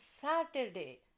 Saturday